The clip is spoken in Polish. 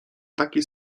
takiej